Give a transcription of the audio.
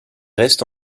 reste